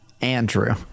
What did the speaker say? Andrew